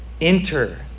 enter